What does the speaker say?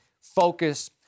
focus –